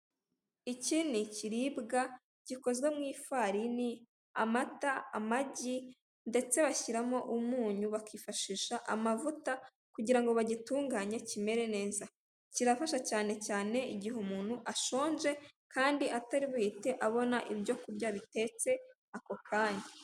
Iki ni ikiribwa gikozwe mu ifarini, amata, amagi, ndetse bashyiramo umunyu, bakifashisha amavuta kugira ngo bagitunganye kimere neza, kirafasha cyane cyane igihe umuntu ashonje kandi atari buhite abona ibyokurya bitetse ako kanya.